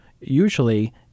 usually